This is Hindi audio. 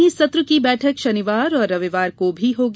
वहीं सत्र की बैठक शनिवार और रविवार को भी होगी